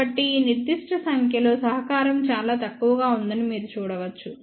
కాబట్టి ఈ నిర్దిష్ట సంఖ్యలో సహకారం చాలా తక్కువగా ఉందని మీరు చూడవచ్చు